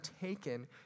taken